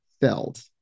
filled